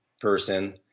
person